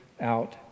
out